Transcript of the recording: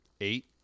eight